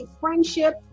friendship